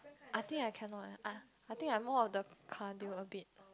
I think I cannot eh I think I more of the cardio a bit